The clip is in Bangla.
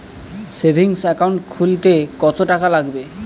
সেভিংস একাউন্ট খুলতে কতটাকা লাগবে?